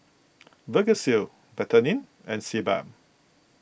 Vagisil Betadine and Sebamed